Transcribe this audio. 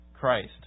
Christ